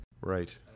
Right